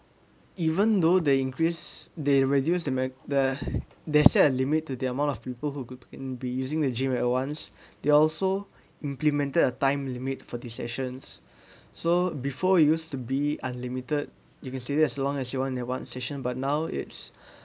even though they increase they reduce the ma~ they they share a limit to the amount of people who could in be using the gym at once they also implemented a time limit for the sessions so before use to be unlimited you can say that as long as you want that one session but now it's